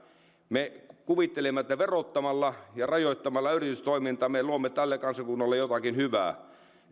me kuvittelemme että verottamalla ja rajoittamalla yritystoimintaa me luomme tälle kansakunnalle jotakin hyvää